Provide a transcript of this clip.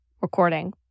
recording